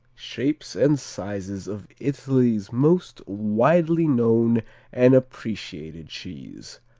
shapes and sizes of italy's most widely known and appreciated cheese.